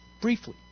briefly